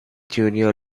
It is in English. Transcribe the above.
junior